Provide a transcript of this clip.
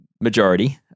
majority